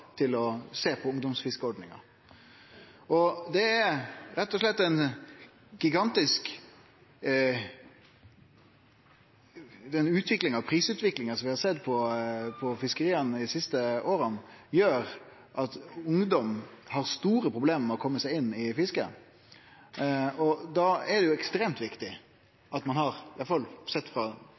til å sjå på ungdomsfiskeordninga som Sandberg var i innlegget sitt. Den gigantiske prisutviklinga vi har sett innan fiskeria dei siste åra, gjer at ungdom har store problem med å kome seg inn i fiske. Då er det ekstremt viktig at ein – i alle fall sett frå